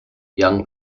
young